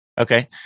Okay